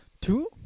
Two